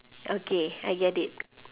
okay I get it